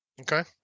Okay